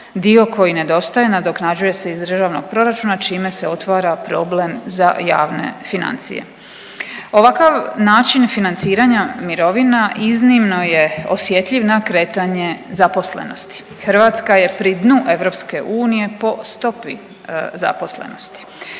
dio koji nedostaje nadoknađuje se iz Državnog proračuna čime se otvara problem za javne financije. Ovakav način financiranja mirovina iznimno je osjetljiv na kretanje zaposlenosti. Hrvatska je pri dnu EU po stopi zaposlenosti.